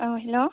औ हेलौ